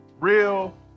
real